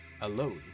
alone